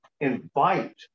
invite